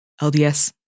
lds